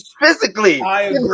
physically